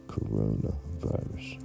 Coronavirus